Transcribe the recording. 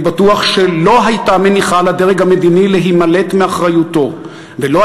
אני בטוח שלא הייתה מניחה לדרג המדיני להימלט מאחריותו ולא